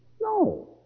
No